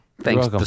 Thanks